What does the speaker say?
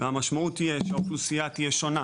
והמשמעות תהיה שהאוכלוסייה תהיה שונה.